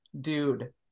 dude